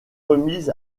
remises